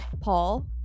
Paul